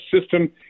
system